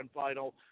final